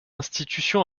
institution